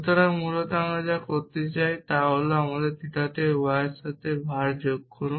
সুতরাং মূলত আমরা যা করতে চাই তা হল আমার থিটাতে y এর সাথে var যোগ করুন